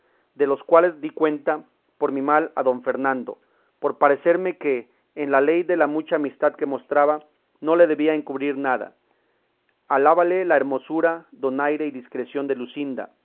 de los cuales di cuenta por mi mal a don fernando por parecerme que en la ley de la mucha amistad que mostraba no le debía encubrir nada alabéle la hermosura donaire y discreción de luscinda